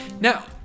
Now